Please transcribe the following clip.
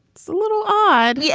it's a little odd. yeah